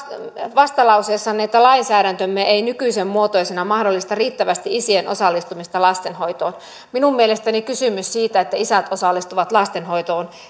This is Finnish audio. vastalauseessanne että lainsäädäntömme ei nykyisen muotoisena mahdollista riittävästi isien osallistumista lastenhoitoon minun mielestäni kysymystä siitä että isät osallistuvat lastenhoitoon